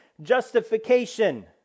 justification